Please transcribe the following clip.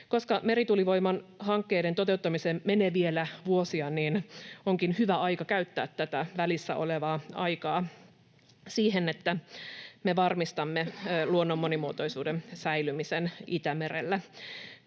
Koska merituulivoimahankkeiden toteuttamiseen menee vielä vuosia, onkin hyvä aika käyttää tätä välissä olevaa aikaa siihen, että me varmistamme luonnon monimuotoisuuden säilymisen Itämerellä.